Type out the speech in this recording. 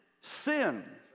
sin